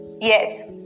yes